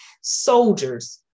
soldiers